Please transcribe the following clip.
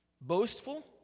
boastful